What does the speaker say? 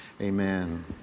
amen